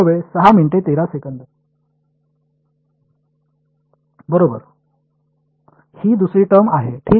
बरोबर ही दुसरी टर्म आहे ठीक